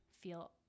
feel